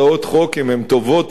אם הן טובות או לא טובות,